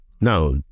Now